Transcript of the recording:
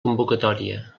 convocatòria